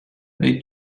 they